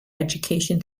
education